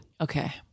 Okay